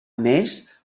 més